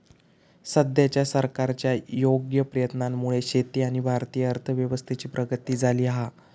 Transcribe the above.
सद्याच्या सरकारच्या योग्य प्रयत्नांमुळे शेती आणि भारतीय अर्थव्यवस्थेची प्रगती झाली हा